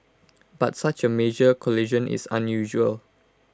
but such A major collision is unusual